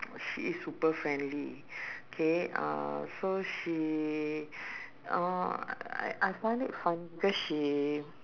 she is super friendly K uh so she uh I I find it funny because she